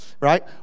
right